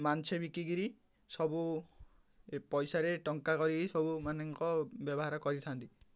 ମାଛ ବିକ୍ରିକିରି ସବୁ ପଇସାରେ ଟଙ୍କା କରିକି ସବୁ ମାନଙ୍କ ବ୍ୟବହାର କରିଥାନ୍ତି